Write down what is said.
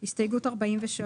אנחנו בהסתייגות 22,